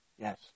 Yes